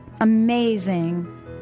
amazing